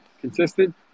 consistent